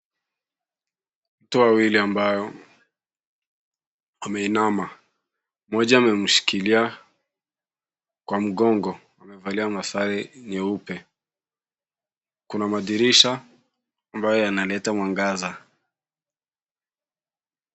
Watu wawili ambao wameinama. Mmoja amemshikilia kwa mgongo. Amevalia masare nyeupe. Kuna madirisha ambayo yanaleta mwangaza.